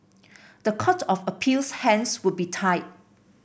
the Court of Appeal's hands would be tied